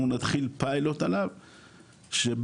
אנחנו נתחיל פיילוט עליו שבמסגרתו,